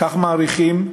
כך מעריכים,